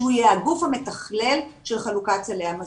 שיהיה הגוף המתכלל של חלוקת סלי המזון.